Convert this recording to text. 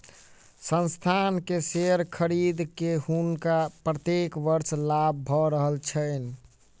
संस्थान के शेयर खरीद के हुनका प्रत्येक वर्ष लाभ भ रहल छैन